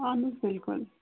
اہن حظ بلکُل